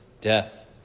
death